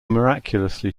miraculously